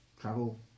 travel